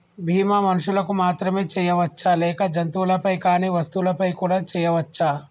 బీమా మనుషులకు మాత్రమే చెయ్యవచ్చా లేక జంతువులపై కానీ వస్తువులపై కూడా చేయ వచ్చా?